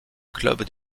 club